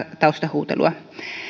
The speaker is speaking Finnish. taustahuuteluanne